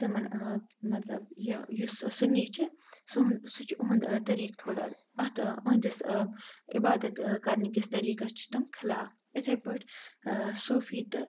تِمن ٲں مطلب یہِ یُس سُنی چھِ سُہ چھُ اُہُنٛد طریق تھوڑا اہندِس ٲں عبادت ٲں کَرنہٕ کِس طریٖقَس چھِ تِم خِلاف یِتھے پٲٹھۍ ٲں سوٗفی تہٕ